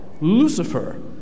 Lucifer